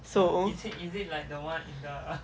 so